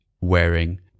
wearing